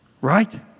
Right